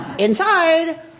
inside